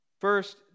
First